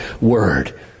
word